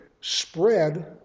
spread